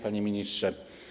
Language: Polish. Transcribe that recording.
Panie Ministrze!